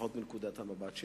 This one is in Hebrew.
לפחות מנקודת המבט שלי.